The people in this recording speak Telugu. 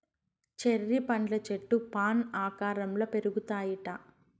చెర్రీ పండ్ల చెట్లు ఫాన్ ఆకారంల పెరుగుతాయిట